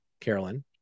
Carolyn